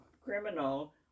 criminal